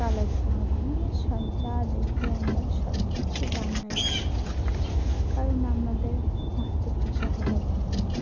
Colors Bangla মানে সব যা দেখি আমরা সব কিছু বাংলাই দেখি কারণ আমাদের মাতৃভাষা হলো বাংলা